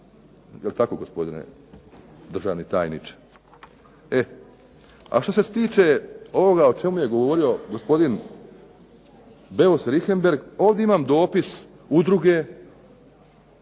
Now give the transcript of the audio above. Je li tako gospodine državni tajniče? A što se tiče ovoga o čemu je govorio gospodin Beus Richembergh ovdje imam dopis udruge